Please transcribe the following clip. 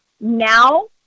now